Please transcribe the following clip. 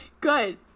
Good